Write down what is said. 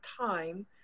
time